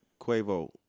Quavo